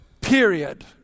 period